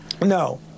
no